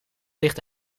ligt